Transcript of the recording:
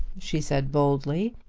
she said boldly.